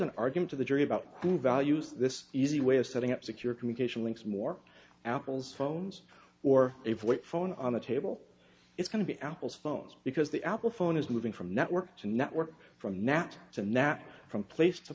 an argument of the jury about who values this easy way of setting up secure communication links more apple's phones or a flip phone on the table it's going to be apple's phones because the apple phone is moving from network to network from nat to nat from place to